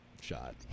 shot